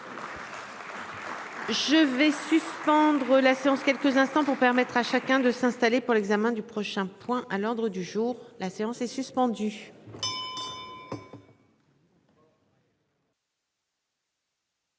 Je vais suspendre la séance quelques instants pour permettre à chacun de s'installer. Pour l'examen du prochain point à l'ordre du jour, la séance est suspendue.